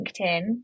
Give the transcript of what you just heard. LinkedIn